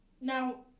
Now